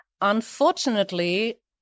Unfortunately